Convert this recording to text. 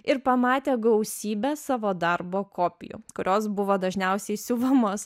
ir pamatė gausybę savo darbo kopijų kurios buvo dažniausiai siuvamos